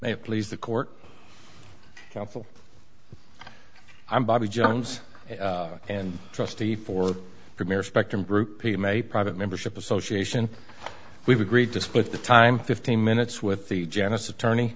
they please the court counsel i'm bobby jones and trustee for premier spectrum group e m a private membership association we've agreed to split the time fifteen minutes with the janice attorney